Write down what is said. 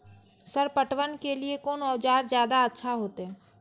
Sir पटवन के लीऐ कोन औजार ज्यादा अच्छा होते?